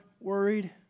worried